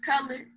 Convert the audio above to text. color